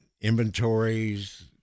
inventories